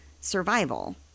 survival